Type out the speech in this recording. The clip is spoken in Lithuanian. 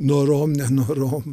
norom nenorom